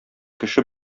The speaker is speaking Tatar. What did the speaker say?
кеше